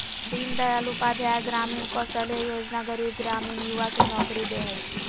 दीन दयाल उपाध्याय ग्रामीण कौशल्य योजना गरीब ग्रामीण युवा के नौकरी दे हइ